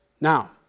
Now